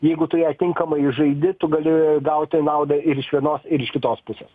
jeigu tu ją tinkamai žaidi tu gali gauti naudą ir iš vienos ir iš kitos pusės